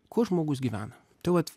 kuo žmogus gyvena tai vat